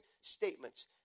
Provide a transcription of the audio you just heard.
statements